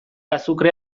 azukrea